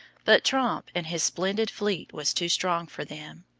but tromp and his splendid fleet was too strong for them.